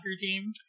team